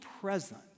present